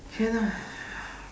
can ah